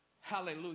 hallelujah